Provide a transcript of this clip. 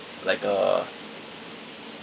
like uh